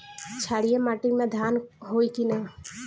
क्षारिय माटी में धान होई की न?